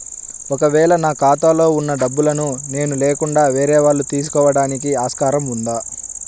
ఒక వేళ నా ఖాతాలో వున్న డబ్బులను నేను లేకుండా వేరే వాళ్ళు తీసుకోవడానికి ఆస్కారం ఉందా?